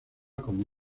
como